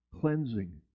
cleansing